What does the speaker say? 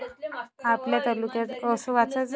आपल्या तालुक्यात स्टोरेज सेवा मिळत हाये का?